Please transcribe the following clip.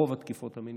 רוב התקיפות המיניות.